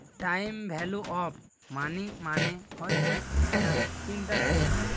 time value of money মানে হচ্ছে একটা চিন্তাধারা